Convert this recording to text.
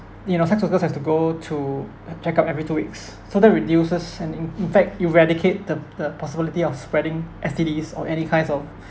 you know sex workers has to go to uh check up every two weeks so that reduces and in in fact eradicate the the possibility of spreading S_T_Ds or any kinds of